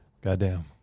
Goddamn